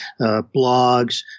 blogs